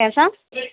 कंहिं सां